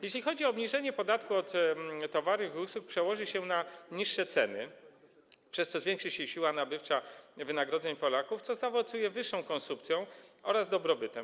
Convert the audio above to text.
Jeśli chodzi o obniżenie podatku od towarów i usług, przełoży się to na niższe ceny, przez co zwiększy się siła nabywcza wynagrodzeń Polaków, co zaowocuje wyższą konsumpcją oraz dobrobytem.